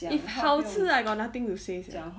if 好吃 then I got nothing to say sia